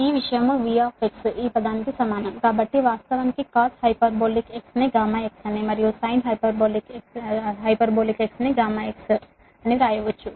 అంటే ఈ విషయం V ఈ పదానికి సమానం కాబట్టి వాస్తవానికి cos hyperbolic x సరేనా x మరియు ఇది sin హైపర్బోలిక్ x సరేనా అని వ్రాయవచ్చు